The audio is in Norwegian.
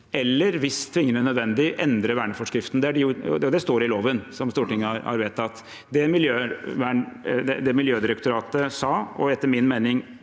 eller, hvis tvingende nødvendig, endre verneforskriften. Det står i loven som Stortinget har vedtatt. Det Miljødirektoratet sa – og etter min mening